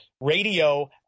radio –